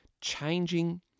changing